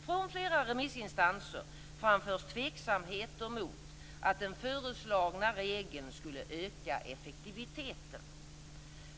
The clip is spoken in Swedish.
Från flera remissinstanser framförs tveksamheter mot att den föreslagna regeln skulle öka effektiviteten.